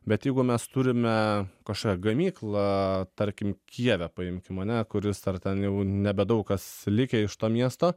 bet jeigu mes turime kažkokią gamyklą tarkim kijeve paimkim ane kuris ar ten jau nebedaug kas likę iš to miesto